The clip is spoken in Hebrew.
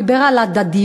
דיבר על הדדיות,